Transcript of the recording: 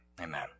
amen